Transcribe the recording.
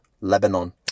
Lebanon